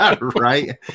Right